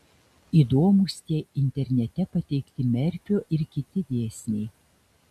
įdomūs tie internete pateikti merfio ir kiti dėsniai